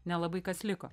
nelabai kas liko